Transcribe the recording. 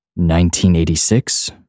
1986